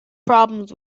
problems